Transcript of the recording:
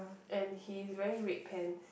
and he is wearing red pants